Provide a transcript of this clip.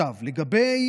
לגבי